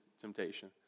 temptation